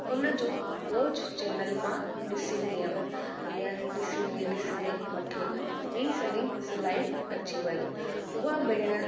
हुनजो रोज़ु चैनल मां ॾिसंदी हुअमि हीअं ॾिसंदे ॾिसंदे मूंखे बि सॼी सिलाई अची वेई उहा भेण